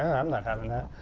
i'm not having that.